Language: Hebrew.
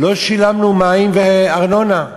לא שילמנו מים וארנונה.